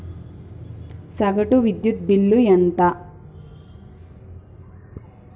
సగటు విద్యుత్ బిల్లు ఎంత?